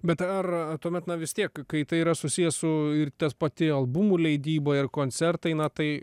bet ar tuomet na vis tiek kai tai yra susiję su ir tas pati albumų leidyboj ar koncertai na tai